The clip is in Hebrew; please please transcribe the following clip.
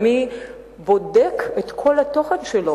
מי בודק את התכנים?